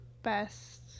best